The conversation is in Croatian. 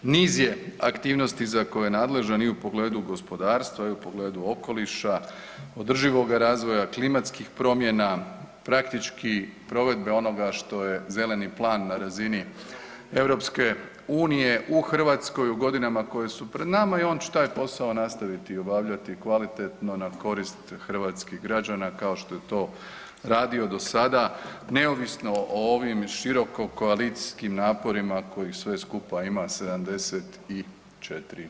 Niz je aktivnosti za koje je nadležan i u pogledu gospodarstva i u pogledu okoliša, održivoga razvoja, klimatskih promjena, praktički provedbe onoga što je zeleni plan na razini EU u Hrvatskoj u godinama koje su pred nama i on će taj posao nastaviti obavljati kvalitetno na korist hrvatskih građana kao što je to radio do sada neovisno o ovim široko koalicijskim naporima kojih sve skupa ima 74.